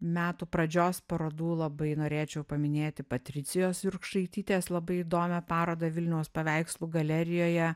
metų pradžios parodų labai norėčiau paminėti patricijos jurkšaitytės labai įdomią parodą vilniaus paveikslų galerijoje